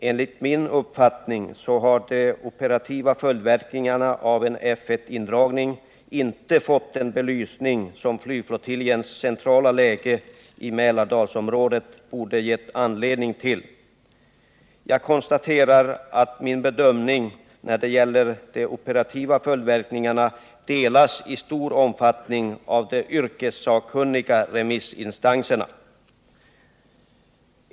Enligt min uppfattning har de operativa följdverkningarna av en indragning av F I inte fått den belysning som flygflottiljens centrala läge i Mälardalsområdet borde gett anledning till. Jag konstaterar att min bedömning när det gäller de operativa följdverkningarna i stor omfattning delas av de yrkessakkunniga remissinstanserna.